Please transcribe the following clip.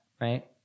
right